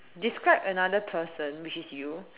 describe another person which is you